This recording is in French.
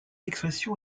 expression